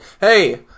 Hey